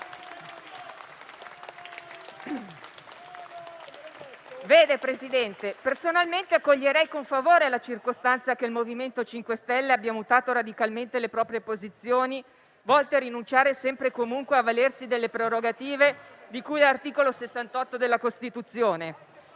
Signor Presidente, personalmente accoglierei con favore la circostanza per cui il MoVimento 5 Stelle ha mutato radicalmente le proprie posizioni volte a rinunciare sempre e comunque ad avvalersi delle prerogative di cui all'articolo 68 della Costituzione.